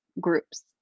groups